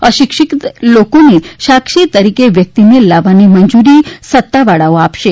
અશિક્ષિત લોકોને સાક્ષી તરીકે વ્યક્તિને લાવવાની મંજૂરી સત્તાવાળાઓ આપશે